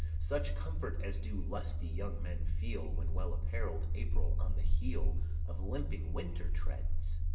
such comfort as do lusty young men feel when well apparell'd april on the heel of limping winter treads,